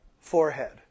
forehead